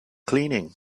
cleaning